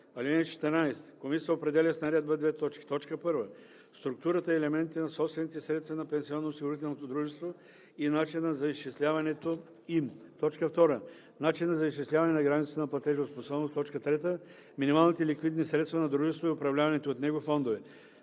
20. (14) Комисията определя с наредба: 1. структурата и елементите на собствените средства на пенсионноосигурителното дружество и начина за изчисляването им; 2. начина за изчисляване на границата на платежоспособност; 3. минималните ликвидни средства на дружеството и управляваните от него фондове;